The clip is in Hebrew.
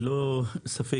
ללא ספק,